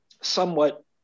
somewhat